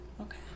Okay